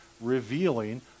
revealing